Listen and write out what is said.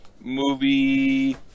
movie